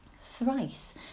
Thrice